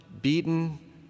beaten